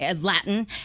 Latin